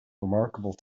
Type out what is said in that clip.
remarkable